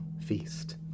feast